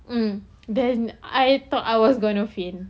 mm I thought I was going to faint